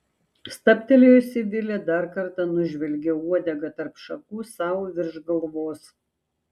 stabtelėjusi vilė dar kartą nužvelgė uodegą tarp šakų sau virš galvos